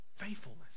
faithfulness